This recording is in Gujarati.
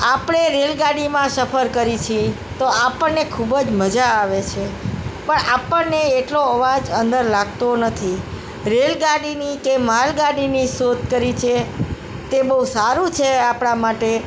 આપણે રેલગાડીમાં સફર કરીએ છીએ તો આપણને ખૂબ જ મજા આવે છે પણ આપણને એટલો અવાજ અંદર લાગતો નથી રેલગાડીની કે માલગાડીની શોધ કરી છે તે બહુ સારું છે આપણા માટે